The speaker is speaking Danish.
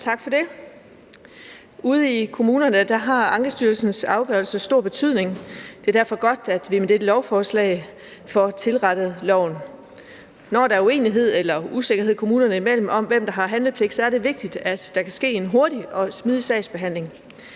Tak for det. Ude i kommunerne har Ankestyrelsens afgørelse stor betydning. Det er derfor godt, at vi med dette lovforslag får tilrettet loven. Når der er uenighed eller usikkerhed kommunerne imellem om, hvem der har handlepligt, er det vigtigt, at der kan ske en hurtig og smidig sagsbehandling.